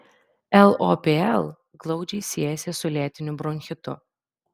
lopl glaudžiai siejasi su lėtiniu bronchitu